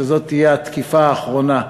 שזאת תהיה התקיפה האחרונה,